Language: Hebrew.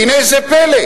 והנה זה פלא,